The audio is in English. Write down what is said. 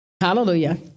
Hallelujah